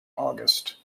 august